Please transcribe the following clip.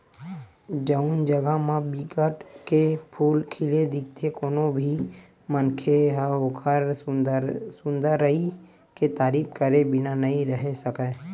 जउन जघा म बिकट के फूल खिले दिखथे कोनो भी मनखे ह ओखर सुंदरई के तारीफ करे बिना नइ रहें सकय